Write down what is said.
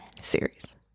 series